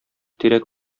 тирәк